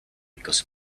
because